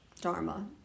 Dharma